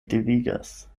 devigas